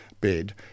bed